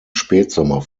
spätsommer